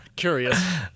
Curious